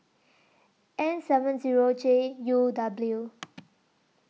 N seven Zero J U W